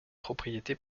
propriété